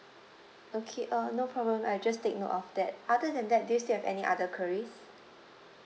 okay uh no problem I just take note of that other than that do you still have any other queries